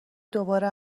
دوباره